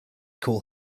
call